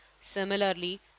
Similarly